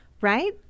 Right